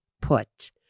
put